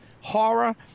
horror